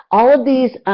all of these